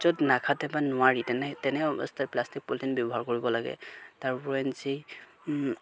য'ত নাখাতে বা নোৱাৰি তেনে তেনে অৱস্থাত প্লাষ্টিক পলিথিন ব্যৱহাৰ কৰিব লাগে তাৰ উপৰঞ্চি